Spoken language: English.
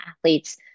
athletes